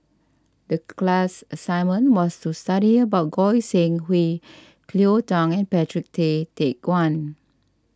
the class assignment was to study about Goi Seng Hui Cleo Thang and Patrick Tay Teck Guan